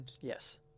Yes